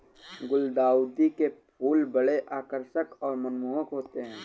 गुलदाउदी के फूल बड़े आकर्षक और मनमोहक होते हैं